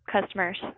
customers